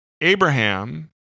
Abraham